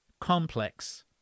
complex